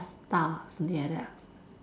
pasta something like that ah